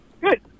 Good